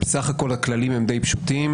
בסך הכול הכללים די פשוטים